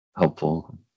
helpful